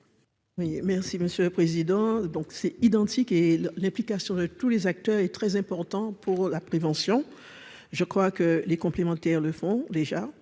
merci Monsieur le Président, donc c'est identique et l'implication de tous les acteurs est très important pour la prévention, je crois que les complémentaires le font déjà